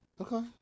Okay